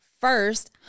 first